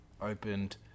opened